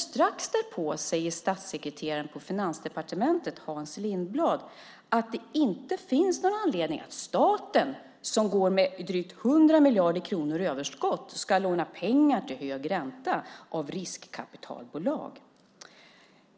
Strax därpå säger statssekreteraren på Finansdepartementet Hans Lindblad att det inte finns någon anledning för staten, som går med drygt 100 miljarder kronor i överskott, att låna pengar till hög ränta av riskkapitalbolag.